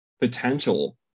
potential